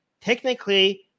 technically